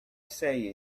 say